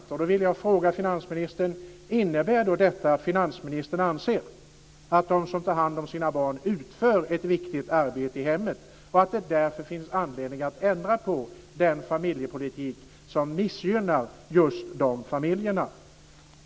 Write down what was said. Jag vill därför ställa en fråga till finansministern. Innebär detta att finansministern anser att de som tar hand om sina barn utför ett viktigt arbete i hemmet och att det därför finns anledning att ändra på den familjepolitik som missgynnar just dessa familjer?